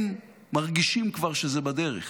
הם כבר מרגישים שזה בדרך.